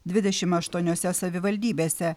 dvidešimt aštuoniose savivaldybėse